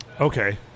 Okay